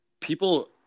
people